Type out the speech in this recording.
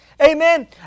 Amen